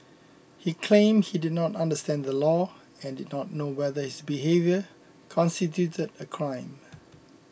he claimed he did not understand the law and did not know whether his behaviour constituted a crime